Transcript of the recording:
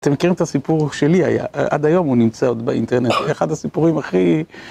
אתם מכירים את הסיפור שלי היה, עד היום הוא נמצא עוד באינטרנט, אחד הסיפורים הכי...